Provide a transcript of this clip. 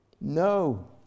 No